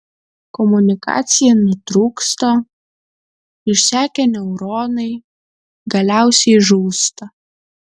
komunikacija nutrūksta išsekę neuronai galiausiai žūsta